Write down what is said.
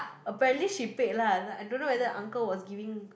apparently she paid lah I don't know whether uncle was giving